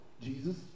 Jesus